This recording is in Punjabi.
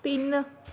ਤਿੰਨ